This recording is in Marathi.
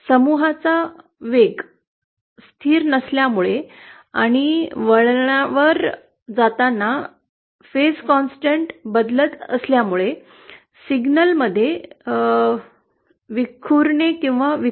समूहाचा वेग स्थिर नसल्यामुळे आणि या वळणावर जाताना सतत बदलत राहत असल्यामुळे सिग्नलमध्ये विखुरणे किंवा विकृती